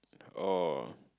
oh